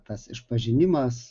tas išpažinimas